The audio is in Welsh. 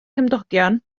cymdogion